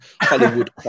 Hollywood